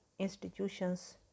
institutions